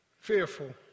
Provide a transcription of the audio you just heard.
Fearful